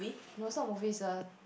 no is not movie is a